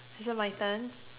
is it my turn